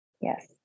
yes